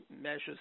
measures